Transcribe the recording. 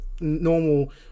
normal